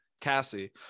Cassie